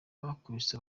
bakubise